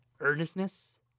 earnestness